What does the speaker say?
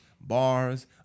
bars